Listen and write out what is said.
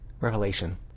Revelation